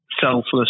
Selfless